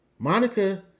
Monica